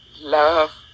love